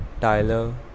Tyler